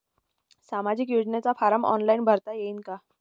सामाजिक योजनेचा form online भरता येईन का?